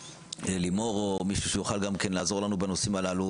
לימור או מישהו שיכול לעזור לנו בנושאים הללו,